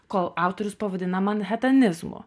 kol autorius pavadina manhetenizmu